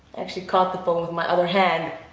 actually caught the phone with my other hand,